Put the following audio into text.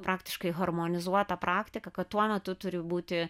praktiškai harmonizuota praktika kad tuo metu turi būti